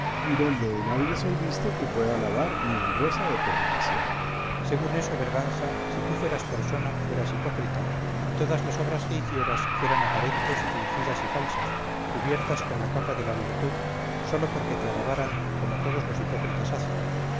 donde de nadie soy visto que pueda alabar mi honrosa determinación cipión según eso berganza si tú fueras persona fueras hipócrita y todas las obras que hicieras fueran aparentes fingidas y falsas cubiertas con la capa de la virtud sólo porque te alabaran como todos los hipócritas hacen